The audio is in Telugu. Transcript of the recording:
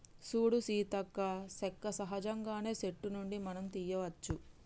సూడు సీతక్క సెక్క సహజంగానే సెట్టు నుండి మనం తీయ్యవచ్చు